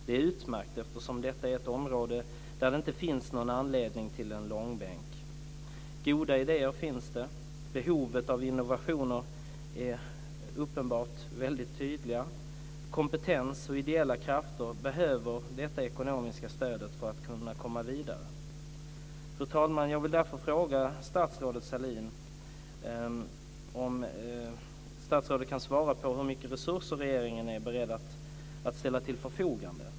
Det är utmärkt eftersom detta är ett område där det inte finns någon anledning till en långbänk. Det finns goda idéer. Behovet av innovationer är väldigt tydligt. Kompetens och ideella krafter behöver ekonomiskt stöd för att komma vidare. Fru talman! Jag vill fråga statsrådet Sahlin hur mycket resurser som regeringen är beredd att ställa till förfogande.